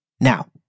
now